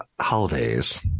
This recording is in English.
holidays